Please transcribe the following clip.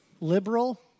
liberal